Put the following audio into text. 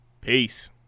Peace